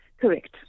Correct